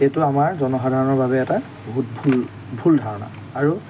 এইটো আমাৰ জনসাধাৰণৰ বাবে এটা বহুত ভুল ভুল ধাৰণা আৰু